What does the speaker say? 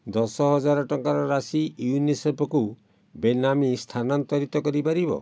ଦଶ ହଜାର ଟଙ୍କାର ରାଶି ୟୁନିସେଫ୍କୁ ବେନାମୀ ସ୍ଥାନାନ୍ତରିତ କରିପାରିବ